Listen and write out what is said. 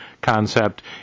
concept